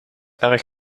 erg